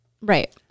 Right